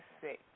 Six